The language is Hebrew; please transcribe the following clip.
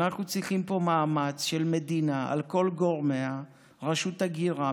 אנחנו צריכים פה מאמץ של המדינה על כל גורמיה: רשות ההגירה,